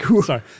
Sorry